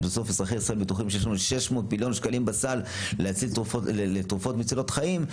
אזרחי ישראל בטוחים שיש לנו 600 מיליון שקלים בסל לתרופות מצילות חיים,